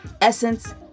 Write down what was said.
Essence